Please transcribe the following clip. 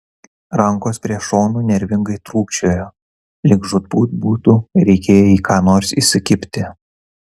rankos prie šonų nervingai trūkčiojo lyg žūtbūt būtų reikėję į ką nors įsikibti